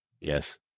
Yes